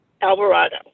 Alvarado